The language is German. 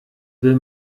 will